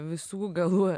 visų galų